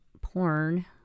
porn